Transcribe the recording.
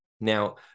Now